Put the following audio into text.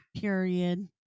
period